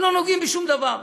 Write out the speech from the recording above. לא נוגעים בשום דבר,